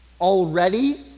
already